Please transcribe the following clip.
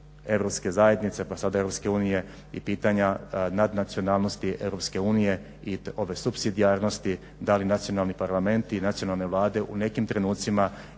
pa sada EU i pitanja nadnacionalnosti EU i supsidijarnosti da li nacionalni parlamenti i nacionalne vlade u nekim trenucima